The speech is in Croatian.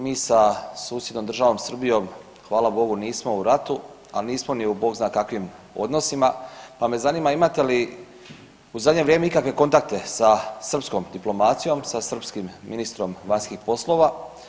Mi sa susjednom državom Srbijom, hvala Bogu nismo u ratu, ali nismo ni u bogzna kakvim odnosima, pa me zanima imate li u zadnje vrijeme ikakve kontakte sa srpskom diplomacijom sa srpskim ministrom vanjskih poslova?